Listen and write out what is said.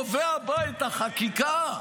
מה, יש מדינה בעולם שהפרלמנט קובע בה את החקיקה?